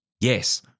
yes